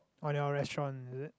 on restaurant is it